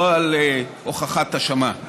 לא על הוכחת אשמה.